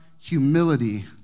humility